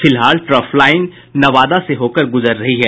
फिलहाल trough line Nawada से होकर गुजर रही है